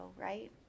right